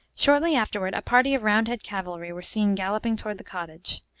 shortly afterward, a party of roundhead cavalry were seen galloping toward the cottage.